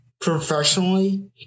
professionally